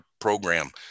program